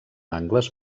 angles